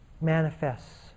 manifests